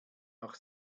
noch